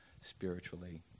spiritually